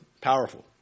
powerful